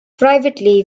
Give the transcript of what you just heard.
privately